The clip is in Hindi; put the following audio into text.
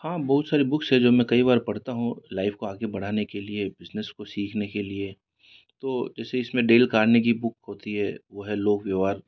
हाँ बहुत सारी बुक्स हैं जो मैं कई बार पढ़ता हूँ लाइफ़ को आगे बढ़ाने के लिए बिजनेस को सीखने के लिए तो ऐसे इसमें डेल कार्नेगी की बुक होती है वो है लोक व्यवहार